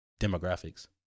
demographics